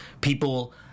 people